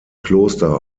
kloster